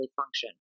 function